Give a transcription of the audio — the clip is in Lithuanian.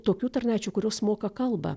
tokių tarnaičių kurios moka kalbą